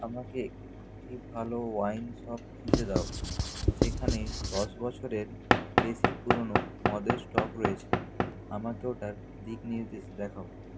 আমাকে একটি ভালো ওয়াইন শপ খুঁজে দাও যেখানে দশ বছরের বেশি পুরোনো মদের স্টক রয়েছে আমাকে ওটার দিক নির্দেশ দেখাও